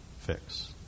fix